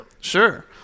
sure